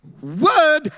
Word